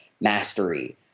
mastery